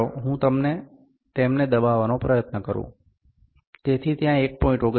ચાલો હું તેમને દબાવવાનો પ્રયત્ન કરું તેથી ત્યાં 1